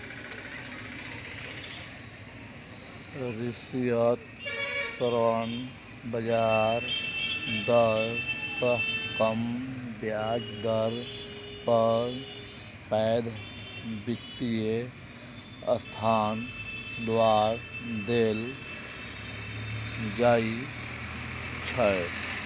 रियायती ऋण बाजार दर सं कम ब्याज दर पर पैघ वित्तीय संस्थान द्वारा देल जाइ छै